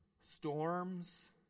Storms